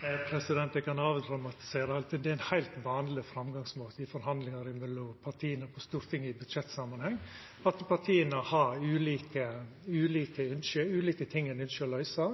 Eg kan avdramatisera dette. Det er ein heilt vanleg framgangsmåte i forhandlingar mellom partia på Stortinget i budsjettsamanheng når partia har ulike ynske, ulike ting ein ynskjer å løysa.